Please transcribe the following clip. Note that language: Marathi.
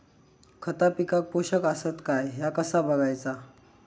खता पिकाक पोषक आसत काय ह्या कसा बगायचा?